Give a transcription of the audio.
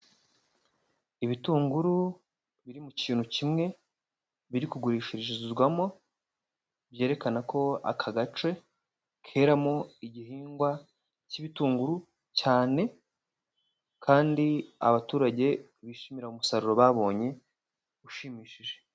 Ibitunguru biri mu kintu kimwe biri kugurishishirizwamo, byerekana ko aka gace keramo igihingwa cy'ibitunguru cyane, kandi abaturage bishimira umusaruro babonye ushimishije.